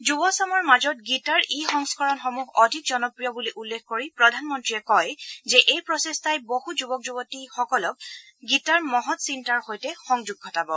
যুৱ চামৰ মাজত গীতাৰ ই সংস্কৰণসমূহ অধিক জনপ্ৰিয় বুলি উল্লেখ কৰি প্ৰধানমন্ত্ৰীয়ে কয় যে এই প্ৰচেষ্টাই বহু যুৱক যুৱতীসকলক গীতাৰ মহৎ চিন্তাৰ সৈতে সংযোগ ঘটাব